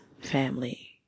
family